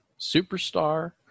superstar